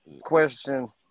question